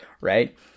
right